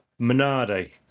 Minardi